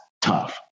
tough